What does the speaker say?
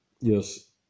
Yes